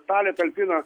salė talpina